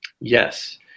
Yes